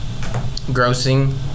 grossing